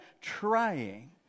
trying